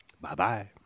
Bye-bye